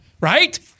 Right